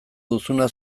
duzuna